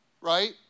right